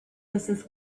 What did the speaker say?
mrs